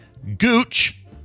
gooch